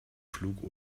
flug